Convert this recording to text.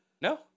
No